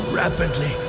rapidly